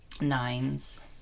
nines